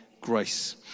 grace